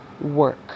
work